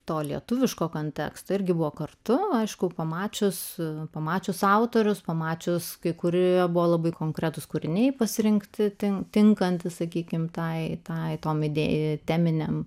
to lietuviško konteksto irgi buvo kartu aišku pamačius pamačius autorius pamačius kai kurioje buvo labai konkretūs kūriniai pasirinkti tinkantį sakykime tai taikome idėjų teminiam